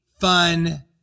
fun